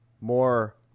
more